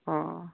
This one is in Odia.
ହଁ